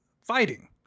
fighting